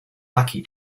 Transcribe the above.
lucky